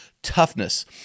toughness